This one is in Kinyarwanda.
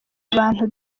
abantu